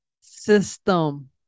system